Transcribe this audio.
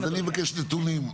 אז אני מבקש נתונים.